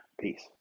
Peace